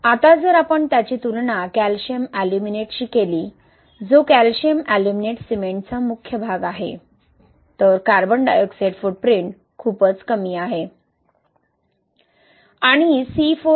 आता जर आपण त्याची तुलना कॅल्शियम एल्युमिनेटशी केली जो कॅल्शियम एल्युमिनेट सिमेंटचा मुख्य भाग आहे तर कार्बन डायऑक्साइड फूटप्रिंट खूपच कमी आहे